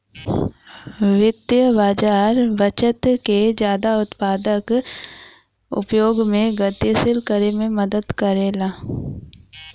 वित्तीय बाज़ार बचत के जादा उत्पादक उपयोग में गतिशील करे में मदद करला